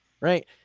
right